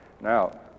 Now